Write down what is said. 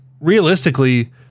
realistically